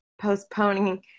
postponing